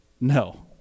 No